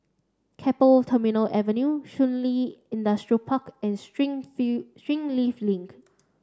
Keppel Terminal Avenue Shun Li Industrial Park and Springleaf Link